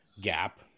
gap